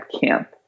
camp